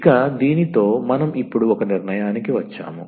ఇక దీనితో మనం ఇప్పుడు ఒక నిర్ణయానికి వచ్చాము